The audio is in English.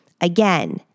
again